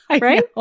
right